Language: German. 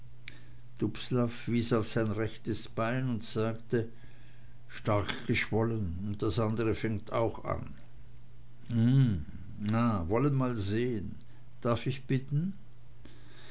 dubslav wies auf sein rechtes bein und sagte stark geschwollen und das andre fängt auch an hm na wollen mal sehen darf ich bitten